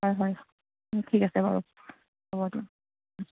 হয় ঠিক আছে বাৰু হ'ব দিয়ক